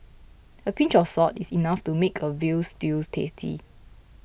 a pinch of salt is enough to make a Veal Stew tasty